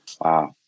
Wow